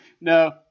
No